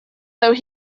though